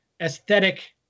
aesthetic